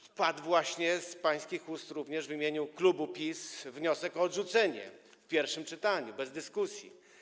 Ale padł właśnie z pańskich ust, również w imieniu klubu PiS, wniosek o odrzucenie tego w pierwszym czytaniu, bez dyskusji.